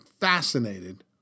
fascinated